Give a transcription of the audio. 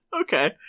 Okay